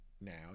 now